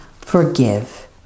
forgive